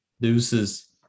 Deuces